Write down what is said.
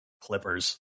clippers